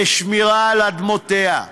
לשמירה על אדמותיה,